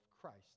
Christ